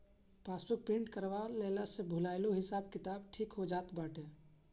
passbook print करवा लेहला से भूलाइलो हिसाब किताब ठीक हो जात बाटे